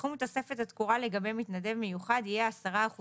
סכום תוספת התקורה לגבי מתנדב מיוחד יהיה 10%